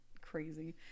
crazy